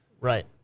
Right